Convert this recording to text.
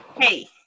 Hey